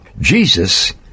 Jesus